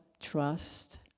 trust